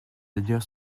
d’ailleurs